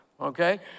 Okay